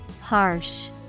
Harsh